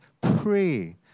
pray